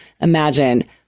imagine